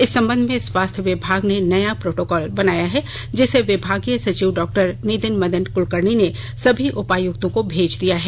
इस संबंध में स्वास्थ्य विभाग ने नया प्रोटोकॉल बनाया है जिसे विभागीय सचिव डॉक्टर नितिन मदन कुलकर्णी ने सभी उपायुक्तों को भेज दिया है